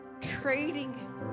trading